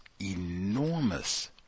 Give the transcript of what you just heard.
enormous